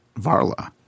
Varla